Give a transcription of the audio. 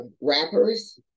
rappers